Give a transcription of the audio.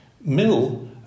Mill